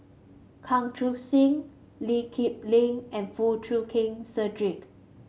Chan Chun Sing Lee Kip Lin and Foo Chee Keng Cedric